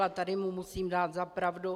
A tady mu musím dát za pravdu.